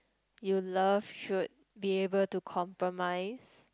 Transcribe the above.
you love should be able to compromise